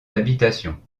habitations